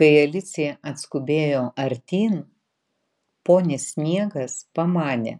kai alicija atskubėjo artyn ponis sniegas pamanė